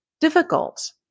difficult